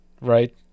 Right